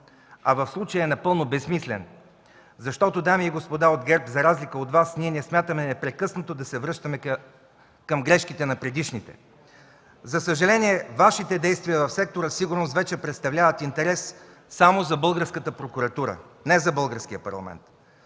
а в случая е напълно безсмислен, защото, дами и господа от ГЕРБ, за разлика от Вас, ние не смятаме непрекъснато да се връщаме към грешките на предишните. За съжаление Вашите действия в сектора „Сигурност” вече представляват интерес само за българската прокуратура, не за българския парламент,